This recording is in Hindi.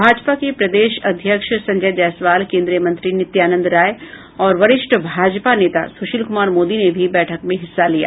भाजपा के प्रदेश अध्यक्ष संजय जयसवाल केंद्रीय मंत्री नित्यानंद राय और वरिष्ठ भाजपा नेता सुशील कुमार मोदी ने भी बैठक में हिस्सा लिया